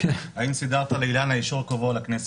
האם סידרת לאילנה אישור קבוע לכנסת?